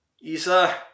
Isa